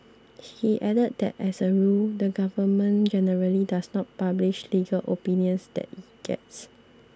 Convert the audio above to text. he added that as a rule the government generally does not publish legal opinions that it gets